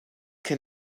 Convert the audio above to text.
can